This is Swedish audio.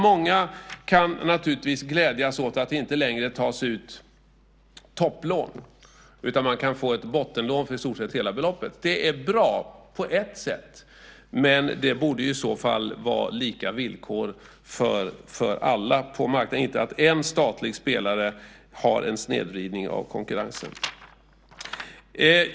Många kan naturligtvis glädjas åt att det inte längre tas ut topplån utan att man kan få ett bottenlån för i stort sett hela beloppet. Det är bra på ett sätt. Men det borde i så fall vara lika villkor för alla på marknaden, så att inte en statlig spelare snedvrider konkurrensen.